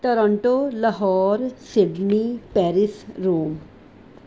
Toronto Lahore Sydney Paris Rome